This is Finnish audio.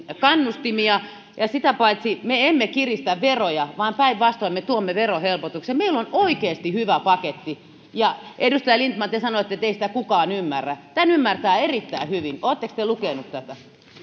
kannustimia ja ja sitä paitsi me emme kiristä veroja vaan päinvastoin me tuomme verohelpotuksia meillä on oikeasti hyvä paketti ja edustaja lindtman te sanoitte että ei sitä kukaan ymmärrä tämän ymmärtää erittäin hyvin oletteko te lukenut tätä